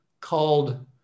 called